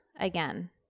again